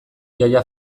jaia